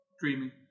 dreaming